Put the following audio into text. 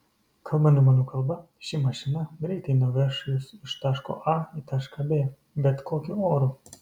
kalbant žmonių kalba ši mašina greitai nuveš jus iš taško a į tašką b bet kokiu oru